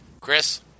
Chris